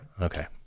Okay